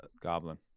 goblin